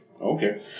Okay